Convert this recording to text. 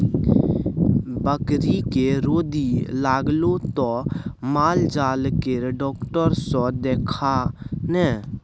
बकरीके रौदी लागलौ त माल जाल केर डाक्टर सँ देखा ने